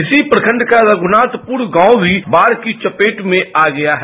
इसी प्रखंड का रघुनाथपुर गांव भी बाढ़ की चपेट में आ गया है